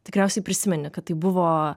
tikriausiai prisimeni kad tai buvo